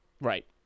Right